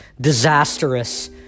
disastrous